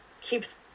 keeps